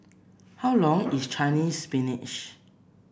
how long is Chinese Spinach